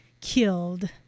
killed